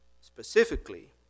specifically